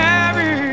Carry